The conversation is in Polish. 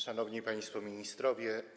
Szanowni Państwo Ministrowie!